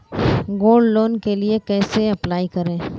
Gold loan के लिए कैसे अप्लाई करें?